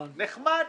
נחמד.